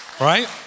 right